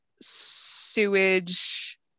Sewage